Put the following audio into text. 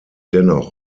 dennoch